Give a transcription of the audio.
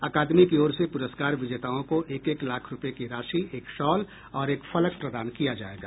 अकादमी की ओर से पुरस्कार विजेताओं को एक एक लाख रुपये की राशि एक शॉल और एक फलक प्रदान किया जाएगा